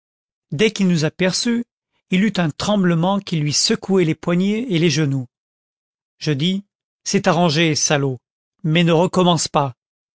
dès qu'il nous aperçut il eut un tremblement qui lui secouait les poignets et les genoux je dis c'est arrangé salaud mais ne recommence pas